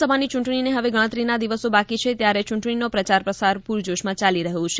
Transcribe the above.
વિધાનસભાની યૂંટણીને હવે ગણતરીના દિવસો બાકી છે ત્યારે યૂંટણીનો પ્રચાર પ્રસાર પૂર જોશમાં ચાલી રહ્યો છે